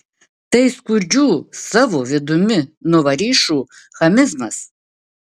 tai skurdžių savo vidumi nuvorišų chamizmas